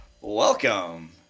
Welcome